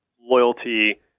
loyalty